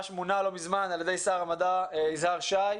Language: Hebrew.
הוא מונה לא מזמן על ידי שר המדע יזהר שי.